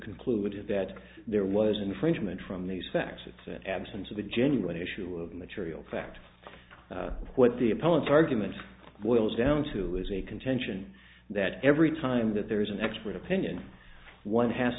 conclude is that there was infringement from these facts it's an absence of a genuine issue of material fact what the opponents argument boils down to is a contention that every time that there is an expert opinion one has